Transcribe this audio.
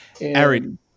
Aaron